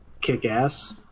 Kick-Ass